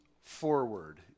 forward